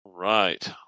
Right